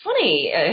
funny